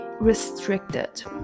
restricted